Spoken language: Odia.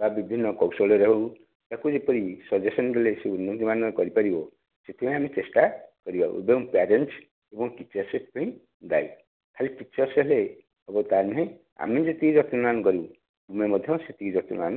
ବା ବିଭିନ୍ନ କୌଶଳରେ ହେଉ ତାକୁ ଯେପରି ସଜେସନ୍ ଦେଲେ ସେ ଉନ୍ନତିମାନ କରିପାରିବ ସେଥିପାଇଁ ଆମେ ଚେଷ୍ଟା କରିବା ଉଦ୍ୟମ ପ୍ୟାରେଣ୍ଟ୍ସ ଏବଂ ଟିଚରସିପ୍ ପାଇଁ ଗାଇଡ଼୍ ଖାଲି ଟିଚର୍ସ୍ ହେଲେ ହେବ ତାହା ନୁହେଁ ଆମେ ଯେତିକି ଯତ୍ନବାନ କରିବୁ ତୁମ ମଧ୍ୟ ସେତିକି ଯତ୍ନବାନ